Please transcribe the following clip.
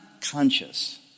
conscious